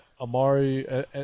Amari